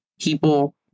people